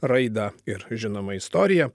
raidą ir žinoma istoriją